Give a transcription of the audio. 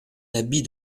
habit